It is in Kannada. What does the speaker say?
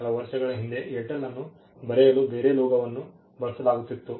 ಕೆಲವು ವರ್ಷಗಳ ಹಿಂದೆ ಏರ್ಟೆಲ್ ಅನ್ನು ಬರೆಯಲು ಬೇರೆ ಲೋಗೋವನ್ನು ಬಳಸಲಾಗುತ್ತಿತ್ತು